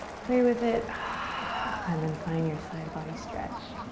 play with it and then find your side body stretch.